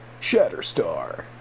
Shatterstar